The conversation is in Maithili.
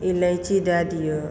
इलाइची दए दिऔ